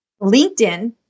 LinkedIn